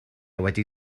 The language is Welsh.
wedi